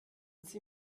sie